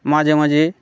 মাঝে মাঝে